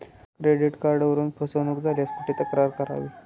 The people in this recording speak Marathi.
क्रेडिट कार्डवरून फसवणूक झाल्यास कुठे तक्रार करावी?